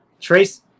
trace